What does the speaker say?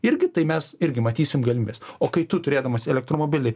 irgi tai mes irgi matysim galimybes o kai tu turėdamas elektromobilį